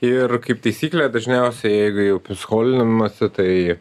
iir kaip taisyklė dažniausiai jeigu jau p skolinamasi tai